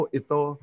ito